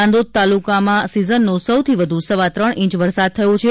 નાંદોદ તાલુકામાં સિઝનનો સૌથી વ્ધુ સવા ત્રણ ઇંચ વરસાદ થયો છે